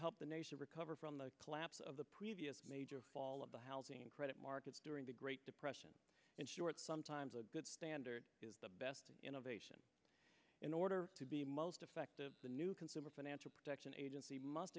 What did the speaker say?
help the nation recover from the collapse of the previous major fall of the housing and credit markets during the great depression and short sometimes a good standard is the best innovation in order to be most effective the new consumer financial protection agency must